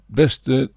...beste